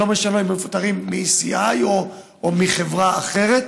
ולא משנה אם הם מפוטרים מ-ECI או מחברה אחרת.